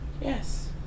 Yes